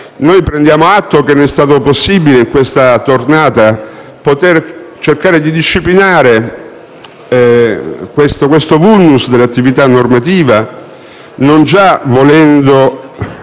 Prendiamo atto che non è stato possibile in questa tornata cercare di disciplinare questo *vulnus* dell'attività normativa, non già volendo